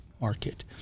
market